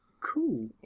Cool